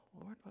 Lord